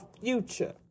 future